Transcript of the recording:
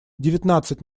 девятнадцать